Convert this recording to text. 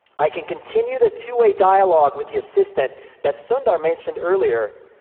i can continue the two-way dialogue with the assistant that sundar mentioned earlier,